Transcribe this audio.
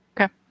Okay